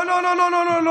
לא, לא, לא.